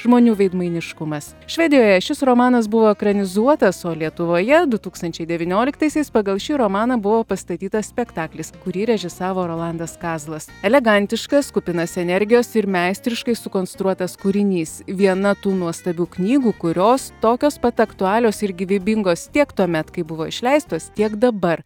žmonių veidmainiškumas švedijoje šis romanas buvo ekranizuotas o lietuvoje du tūkstančiai devynioliktaisiais pagal šį romaną buvo pastatytas spektaklis kurį režisavo rolandas kazlas elegantiškas kupinas energijos ir meistriškai sukonstruotas kūrinys viena tų nuostabių knygų kurios tokios pat aktualios ir gyvybingos tiek tuomet kai buvo išleistos tiek dabar